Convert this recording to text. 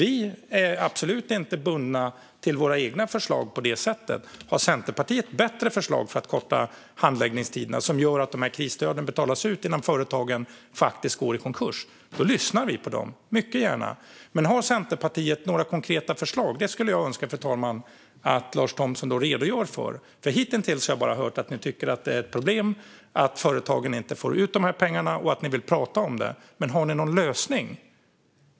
Vi är absolut inte bundna till våra egna förslag. Om Centerpartiet har bättre förslag för att korta handläggningstiderna som gör att krisstöden betalas ut innan företagen går i konkurs lyssnar vi mycket gärna på dem. Om Centerpartiet har konkreta förslag, fru talman, önskar jag att Lars Thomsson redogör för dem. Hittills har jag bara hört att ni tycker att det är ett problem att företagen inte får ut pengarna och att ni vill prata om det. Men har ni någon lösning?